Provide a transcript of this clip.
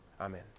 amen